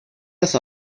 das